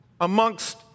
amongst